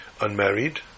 Unmarried